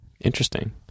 interesting